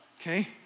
Okay